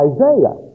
Isaiah